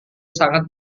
sangat